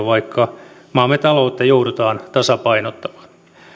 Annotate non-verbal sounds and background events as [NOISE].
[UNINTELLIGIBLE] vaikka maamme taloutta joudutaan tasapainottamaan